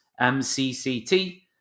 MCCT